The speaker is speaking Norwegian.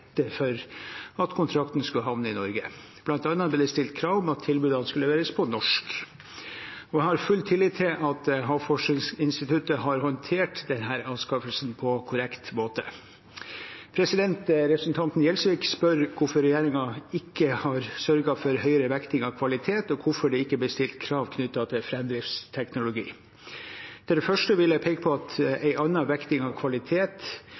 for at kontrakten skulle havne i Norge. Blant annet ble det stilt krav om at tilbudene skulle leveres på norsk. Jeg har full tillit til at Havforskningsinstituttet har håndtert denne anskaffelsen på korrekt måte. Representanten Gjelsvik spør om hvorfor ikke regjeringen har sørget for større vekting av kvalitet, og hvorfor det ikke ble stilt krav knyttet til framdriftsteknologi. Til det første vil jeg peke på at en annen vekting av kvalitet